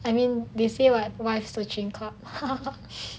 I mean they say what wife searching club ha ha